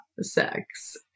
sex